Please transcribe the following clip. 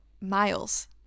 miles